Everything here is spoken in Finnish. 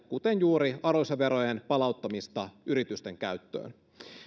kuten juuri arvonlisäverojen palauttamista yritysten käyttöön